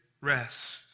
rest